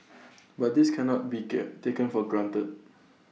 but this cannot be care taken for granted